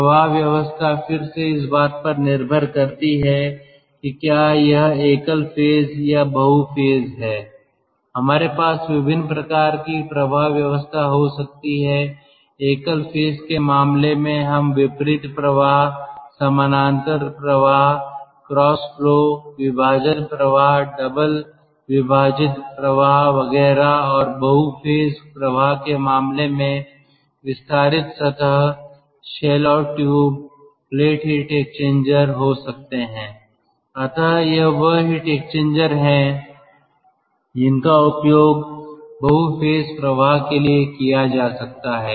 प्रवाह व्यवस्था फिर से इस बात पर निर्भर करती है कि क्या यह एकल फेज या बहु फेज है हमारे पास विभिन्न प्रकार की प्रवाह व्यवस्था हो सकती है एकल फेज के मामले में हम विपरीत प्रवाह समानांतर प्रवाह क्रॉस फ्लो विभाजन प्रवाह डबल विभाजित प्रवाह वगैरह और बहु फेज प्रवाह के मामले में विस्तारित सतह शेल और ट्यूब प्लेट हीट एक्सचेंजर हो सकते हैं अतः यह वह हीट एक्सचेंजर है जिनका उपयोग बहु फेज प्रवाह के लिए किया जा सकता है